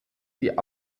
die